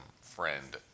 friend